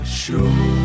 show